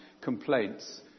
complaints